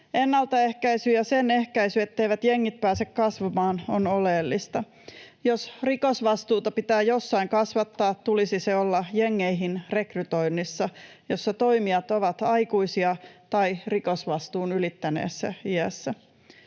Ennaltaehkäisy ja sen ehkäisy, etteivät jengit pääse kasvamaan, on oleellista. Jos rikosvastuuta pitää jossain kasvattaa, tulisi sen olla jengeihin rekrytoinnissa, jossa toimijat ovat aikuisia tai rikosvastuun ylittäneessä iässä.